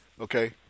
Okay